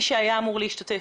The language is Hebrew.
היא הייתה אמורה להשתתף.